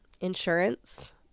insurance